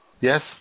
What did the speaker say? Yes